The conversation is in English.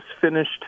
finished